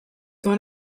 dans